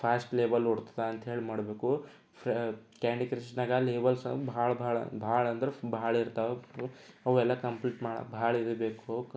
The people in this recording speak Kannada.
ಫಾಸ್ಟ್ ಲೇಬಲ್ ಓಡ್ತದೆ ಅಂಥೇಳಿ ಮಾಡಬೇಕು ಕ್ಯಾಂಡಿ ಕ್ರಶ್ನಾಗೆ ಲೇಬಲ್ಸ್ ಬಹಳ ಬಹಳ ಬಹಳ ಅಂದರೆ ಬಹಳ ಇರ್ತವೆ ಅವು ಎಲ್ಲ ಕಂಪ್ಲೀಟ್ ಮಾಡಿ ಬಹಳ ಇದು ಬೇಕು